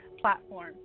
platform